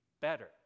better